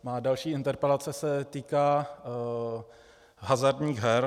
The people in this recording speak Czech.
Má další interpelace se týká hazardních her.